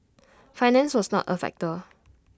finance was not A factor